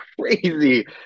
crazy